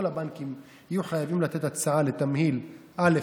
כל הבנקים יהיו חייבים לתת הצהרה לתמהיל א',